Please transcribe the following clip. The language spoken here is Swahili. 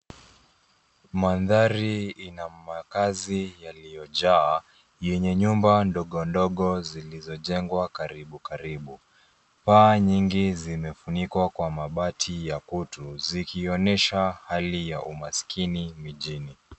Mandhari ina makazi yaliyojaa, yenye nyumba ndogo ndogo zilizojengwa karibu karibu. Paa nyingi zimefunikwa kwa mabati ya kutu zikionyesha hali ya umaskini mijini.